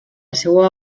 seva